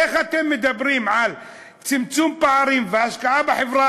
איך אתם מדברים על צמצום פערים והשקעה בחברה